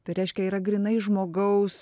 tai reiškia yra grynai žmogaus